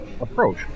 approach